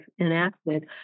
enacted